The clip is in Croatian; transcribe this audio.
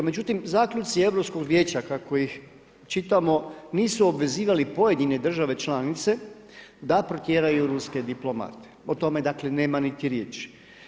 Međutim, zaključci Europskog vijeća kako ih čitamo nisu obvezivali pojedine države članice da protjeraju ruske diplomate, o tome nema niti riječi.